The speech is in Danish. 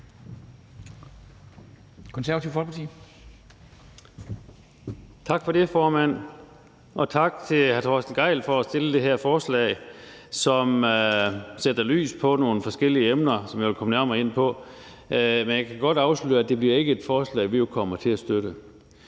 Tak for det, formand, og tak til hr. Torsten Gejl for at fremsætte det her forslag, som sætter lys på nogle forskellige emner, som jeg vil komme nærmere ind på. Men jeg kan godt afsløre, at det ikke bliver et forslag, vi kommer til at støtte.